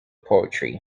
poetry